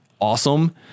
awesome